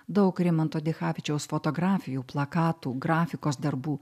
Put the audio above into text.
daug rimanto dichavičiaus fotografijų plakatų grafikos darbų